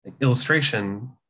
illustration